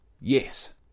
Yes